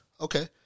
okay